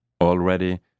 Already